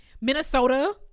Minnesota